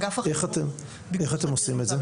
איך אתם עושים את זה?